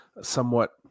somewhat